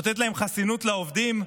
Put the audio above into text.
נותנת להם חסינות לעובדים,